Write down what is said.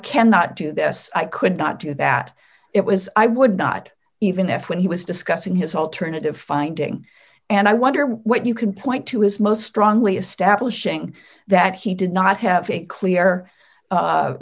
cannot do this i could not do that it was i would not even if when he was discussing his alternative finding and i wonder what you can point to his most strongly establishing that he did not have a clear